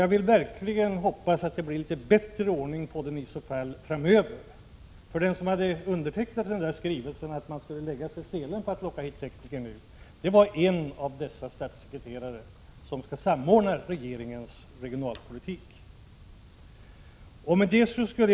Jag vill verkligen tro att det i så fall blir litet bättre ordning på gruppen framöver, för den som hade undertecknat skrivelsen om att man skall lägga sig i selen för att locka hit tekniker var just en av dessa statssekreterare, som skall samordna regeringens regionalpolitik.